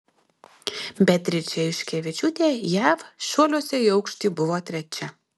beatričė juškevičiūtė jav šuoliuose į aukštį buvo trečia